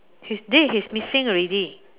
he's dead he's missing already